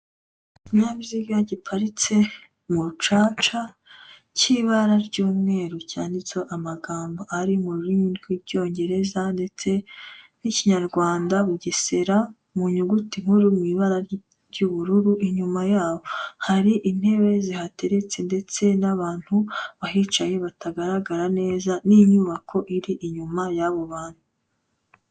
Ikinyabiziga giparitse mu rucaca, cy'ibara ry'umweru cyanditseho amagambo ari mu rurimi rw'icyongereza ndetse n'Ikinyarwanda, Bugesera, mu nyuguti nkuru mu ibara ry'ubururu inyuma yaho, hari intebe zihateretse ndetse n'abantu bahicaye batagaragara neza, n'inyubako iri inyuma y'abo bantu.